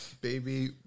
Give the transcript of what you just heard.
Baby